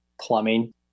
plumbing